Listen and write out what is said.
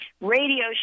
radio